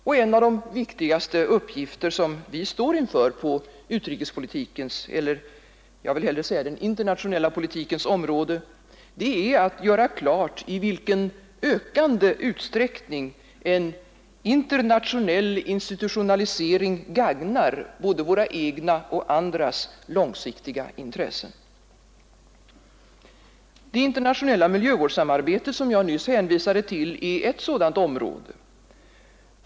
Och en av de viktigaste uppgifter som vi står inför på utrikespolitikens eller, jag vill hellre säga, den internationella politikens område är att göra klart i vilken ökande utsträckning en internationell institutionalisering gagnar både våra egna och andras långsiktiga intressen. Det internationella miljövårdssamarbete som jag nyss hänvisade till är ett sådant område.